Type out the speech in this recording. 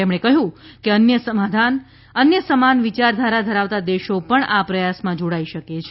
તેમણે કહ્યું કે અન્ય સમાન વિચારધારા ધરાવતા દેશો પણ આ પ્રયાસમાં જોડાઈ શકે છે